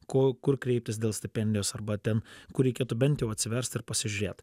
ko kur kreiptis dėl stipendijos arba ten kur reikėtų bent jau atsiverst ir pasižiūrėt